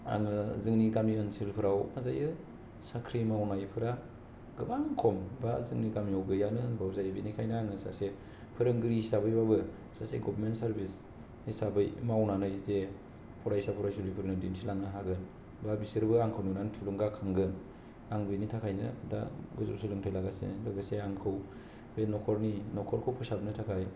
आङो जोंनि गामि ओनसोलफोराव हाजायो साख्रि मावनायफोरा गोबां खम बा जोंनि गामियाव गैयानो होनबाव जायो बिनिखायनो आङो सासे फोरोंगिरि हिसाबै बाबो सासे गबमेनद सारभिस हिसाबै मावनानै जे फरायसा फरायसुलिफोरनो दिन्थि लांनो हागोन दा बिसोरबो आंखौ नुनानै थुलुंगा खांगोन आं बिनि थाखायनो दा गोजौ सोलोंथाय लागासिनो लोगोसे आंखौ बे नखरनि नखरखौ फोसाबनो थाखाय